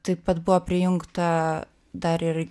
taip pat buvo prijungta dar ir